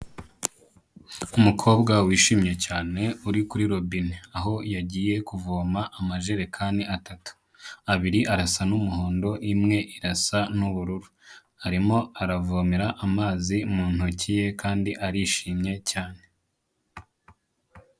Umukobwa wishimye cyane, uri kuri robine aho yagiye kuvoma amajerekani atatu. Abiri arasa n'umuhondo, imwe irasa n'bururu, arimo aravomera amazi mu ntoki ye kandi arishimye cyane.